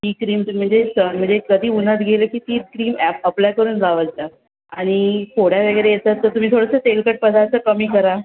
ती क्रीम तुम्ही जे स म्हणजे कधी उन्हात गेले की तीच क्रीम ॲप अप्लाय करून जात जा आणि फोड वगैरे येतात तर तुम्ही थोडंसं तेलकट पदार्थ कमी करा